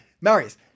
Marius